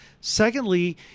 Secondly